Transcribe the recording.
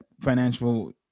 financial